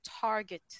target